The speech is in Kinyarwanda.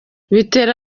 bitera